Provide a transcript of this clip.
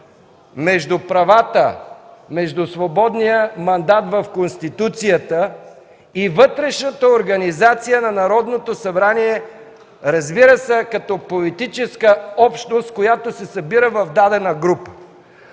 между правата, между свободния мандат в Конституцията и вътрешната организация на Народното събрание, разбира се, като политическа общност, която се събира в дадена група.